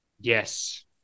Yes